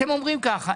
אתם אומרים ככה,